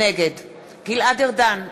נגד גלעד ארדן,